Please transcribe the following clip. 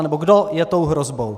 Nebo kdo je tou hrozbou?